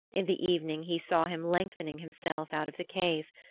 in the evening he saw him lengthening himself out of the cave,